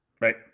Right